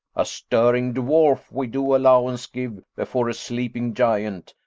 a stirring dwarf we do allowance give before a sleeping giant.